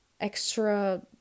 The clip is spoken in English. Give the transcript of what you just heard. extra